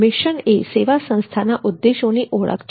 mission એ સેવા સંસ્થાના ઉદ્દેશો ની ઓળખ છે